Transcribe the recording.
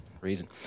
Reason